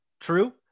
true